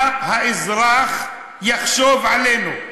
מה האזרח יחשוב עלינו?